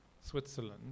Switzerland